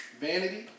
Vanity